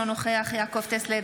אינו נוכח יעקב טסלר,